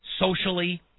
socially